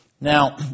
Now